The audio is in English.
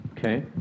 Okay